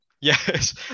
Yes